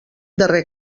darrer